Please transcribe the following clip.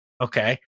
Okay